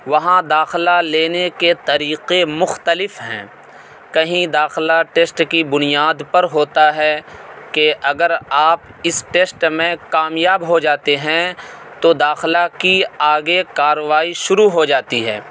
وہاں داخلہ لینے کے طریقے مختلف ہیں کہیں داخلہ ٹیسٹ کی بنیاد پر ہوتا ہے کہ اگر آپ اس ٹیسٹ میں کامیاب ہو جاتے ہیں تو داخلہ کی آگے کاروائی شروع ہوجاتی ہے